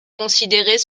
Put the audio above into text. considérés